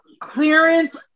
clearance